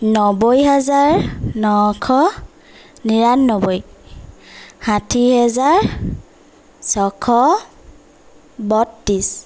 নব্বৈ হাজাৰ নশ নিৰানব্বৈ ষাঠি হেজাৰ ছশ বত্ৰিছ